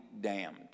damned